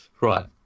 Right